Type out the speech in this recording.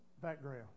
background